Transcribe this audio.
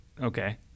Okay